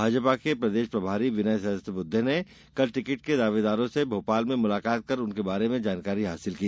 भाजपा के प्रदेश प्रभारी विनय सहस्त्रबुद्धे ने कल टिकिट के दावेदारों से भोपाल में मुलाकात कर उनके बारे में जानकारी हासिल की